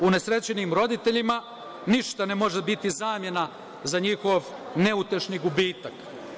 Unesrećenim roditeljima ništa ne može biti zamena za njihov neutešni gubitak.